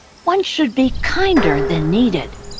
one should be kinder than needed.